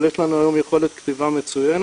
אבל יש לנו היום יכולת כתיבה מצוינת,